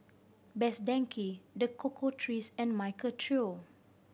Best Denki The Cocoa Trees and Michael Trio